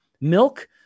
Milk